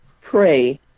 pray